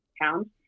pounds